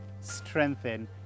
strengthen